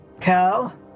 Cal